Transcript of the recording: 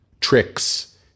tricks